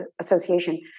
Association